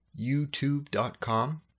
YouTube.com